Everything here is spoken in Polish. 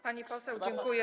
Pani poseł, dziękuję.